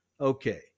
Okay